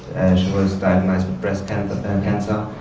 she was diagnosed with breast kind of and cancer,